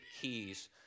keys